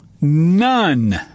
none